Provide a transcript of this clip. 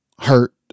Hurt